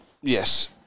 Yes